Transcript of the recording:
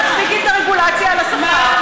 תפסיקי את הרגולציה על השכר,